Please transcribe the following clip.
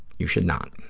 you should not.